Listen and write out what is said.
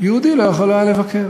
יהודי לא יכול היה לבקר.